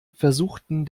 versuchten